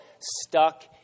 stuck